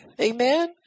Amen